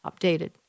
updated